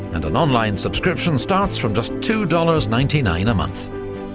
and an online subscription starts from just two-dollars-ninety nine a month.